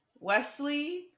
Wesley